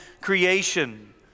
creation